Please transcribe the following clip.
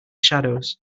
shadows